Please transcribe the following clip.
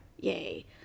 Yay